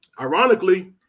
ironically